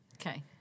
Okay